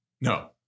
No